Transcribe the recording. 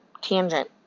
tangent